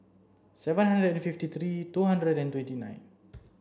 seven hundred fifty three two hundred and twenty nine